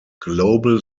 global